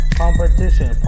competition